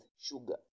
sugar